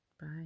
Bye